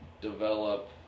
develop